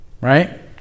right